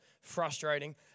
frustrating